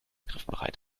griffbereit